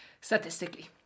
statistically